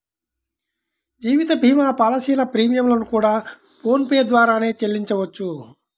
జీవిత భీమా పాలసీల ప్రీమియం లను కూడా ఫోన్ పే ద్వారానే చెల్లించవచ్చు